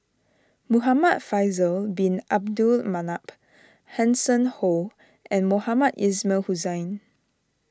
Muhamad Faisal Bin Abdul Manap Hanson Ho and Mohamed Ismail Hussain